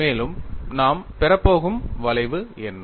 மேலும் நாம் பெறப்போகும் வளைவு என்ன